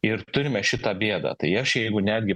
ir turime šitą bėdą tai aš jeigu netgi